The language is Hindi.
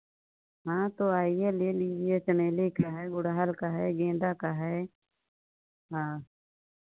हाँ तो आइए ले लीजिए चमेली का है गुड़हल का है गेंदा का है हाँ